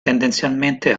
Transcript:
tendenzialmente